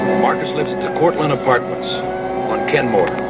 marcus lives at the cortland apartments on kenmore.